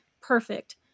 perfect